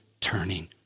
turning